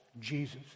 Jesus